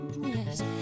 Yes